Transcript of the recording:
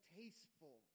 tasteful